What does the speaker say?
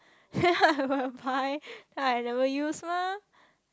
then I go and buy then I never use mah